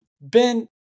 Ben